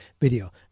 video